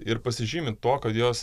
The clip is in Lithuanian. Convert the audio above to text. ir pasižymi tuo kad jos